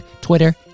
Twitter